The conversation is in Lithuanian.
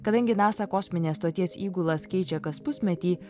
kadangi nasa kosminės stoties įgulas keičia kas pusmetį